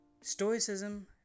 Stoicism